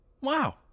Wow